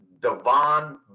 Devon